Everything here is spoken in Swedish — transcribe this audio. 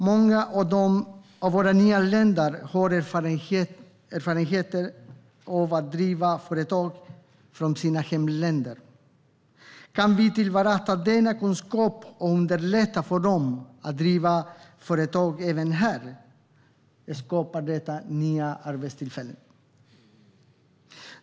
Många av våra nyanlända har erfarenhet av att driva företag från sina hemländer. Kan vi tillvarata denna kunskap och underlätta för dem att driva företag även här skapar det nya arbetstillfällen.